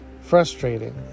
frustrating